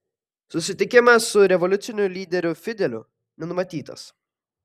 susitikimas su revoliuciniu lyderiu fideliu nenumatytas